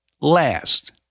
last